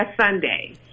Sunday